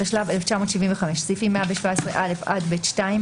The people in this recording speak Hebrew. התשל"ו-1975 - סעיפים 117(א) עד (ב2),